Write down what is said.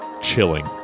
chilling